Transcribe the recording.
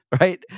right